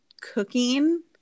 cooking